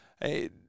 hey